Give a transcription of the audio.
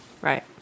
Right